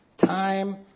Time